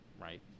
right